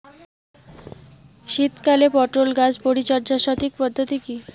শীতকালে পটল গাছ পরিচর্যার সঠিক পদ্ধতি কী?